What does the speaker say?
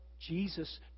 Jesus